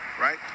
right